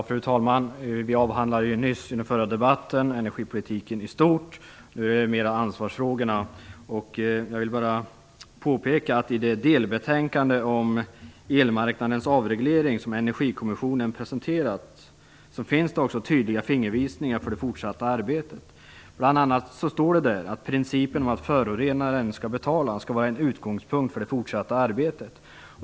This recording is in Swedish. Fru talman! Vi avhandlade i den förra debatten energipolitiken i stort. Nu gäller det ansvarsfrågorna. Jag vill påpeka att det i det delbetänkande om elmarknadens avreglering som Energikommissionen presenterat finns tydliga fingervisningar för det fortsatta arbetet. Det står bl.a. att principen att förorenaren skall betala skall vara en utgångspunkt för det fortsatta arbetet.